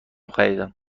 خریدم